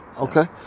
Okay